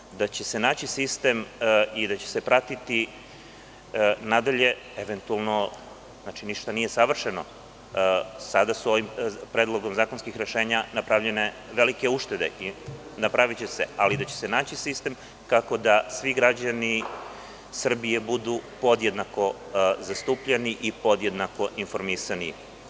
Verujem da će se naći sistem i da će se pratiti nadalje eventualno, znam da ništa nije savršeno, sada su sa ovim predlogom zakonskih rešenja napravljene velike uštede i napraviće, ali, da će se naći sistem tako da svi građani Srbije budu podjednako zastupljeni i podjednako informisani.